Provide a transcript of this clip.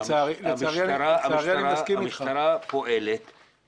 המשטרה פועלת --- לצערי אני מסכים איתך.